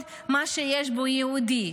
עם כל מה שיש בו: יהודי,